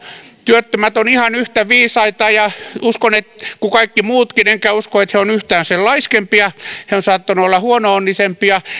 työttömät ovat ihan yhtä viisaita kuin kaikki muutkin enkä usko että he ovat yhtään sen laiskempia he ovat saattaneet olla huono onnisempia